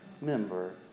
member